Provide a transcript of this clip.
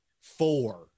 four